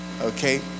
okay